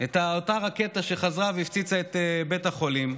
את אותה רקטה שחזרה והפציצה את בית החולים,